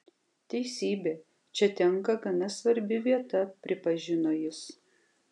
teisybė čia tenka gana svarbi vieta pripažino jis